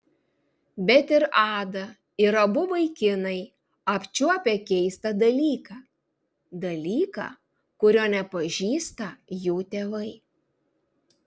bet ir ada ir abu vaikinai apčiuopę keistą dalyką dalyką kurio nepažįsta jų tėvai